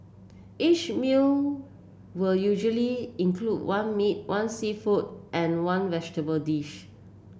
each meal will usually include one meat one seafood and one vegetable dish